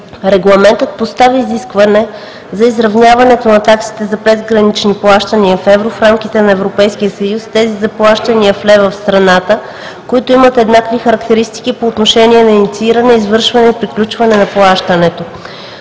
Регламентът поставя изискване за изравняването на таксите за презгранични плащания в евро в рамките на Европейския съюз с тези за плащания в лева в страната, които имат еднакви характеристики по отношение на иницииране, извършване и приключване на плащането.